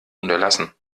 unterlassen